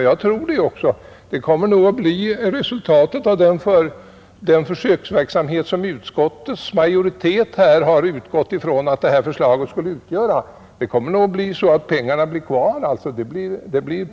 Och jag tror det är så — detta torde bli resultatet av den försöksverksamhet som utskottets majoritet utgått ifrån att förslaget skulle innebära. Det blir nog pengar över.